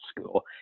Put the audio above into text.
school